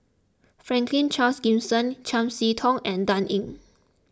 Franklin Charles Gimson Chiam See Tong and Dan Ying